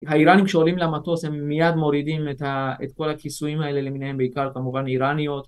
האיראנים כשעולים למטוס הם מיד מורידים את כל הכיסויים האלה, למיניהם בעיקר כמובן איראניות.